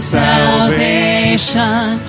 salvation